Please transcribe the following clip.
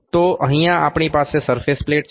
તો અહીંયા આપણી પાસે સરફેસ પ્લેટ છે